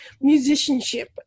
musicianship